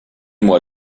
moi